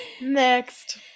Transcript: Next